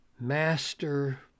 Master